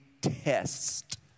test